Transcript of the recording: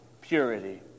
purity